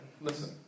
Listen